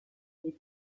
est